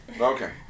Okay